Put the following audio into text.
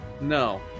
No